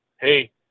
hey